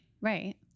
right